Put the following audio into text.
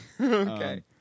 Okay